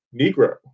Negro